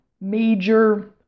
major